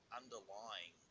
underlying